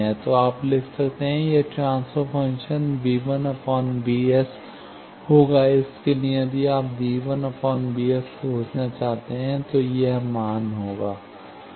तो आप लिख सकते हैं यह ट्रांसफर फ़ंक्शन b1 bs होगा इस के लिए यदि आप b1 bs खोजना चाहते हैं तो यह मान होगा